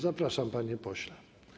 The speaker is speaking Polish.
Zapraszam, panie pośle.